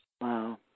Wow